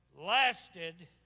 lasted